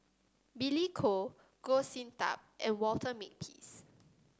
Billy Koh Goh Sin Tub and Walter Makepeace